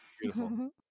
beautiful